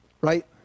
right